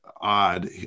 odd